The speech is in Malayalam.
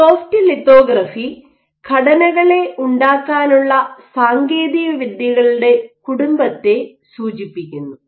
സോഫ്റ്റ് ലിത്തോഗ്രാഫി ഘടനകളെ ഉണ്ടാക്കാനുള്ള സാങ്കേതിക വിദ്യകളുടെ കുടുംബത്തെ സൂചിപ്പിക്കുന്നു